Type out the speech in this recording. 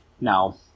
No